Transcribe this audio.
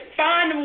find